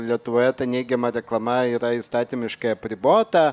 lietuvoje ta neigiama reklama yra įstatymiškai apribota